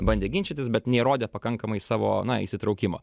bandė ginčytis bet neįrodė pakankamai savo na įsitraukimo